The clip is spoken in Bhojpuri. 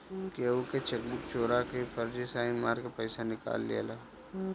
केहू के चेकबुक चोरा के फर्जी साइन मार के पईसा निकाल लियाला